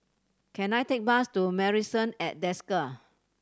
can I take bus to Marrison at Desker